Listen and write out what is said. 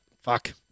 Fuck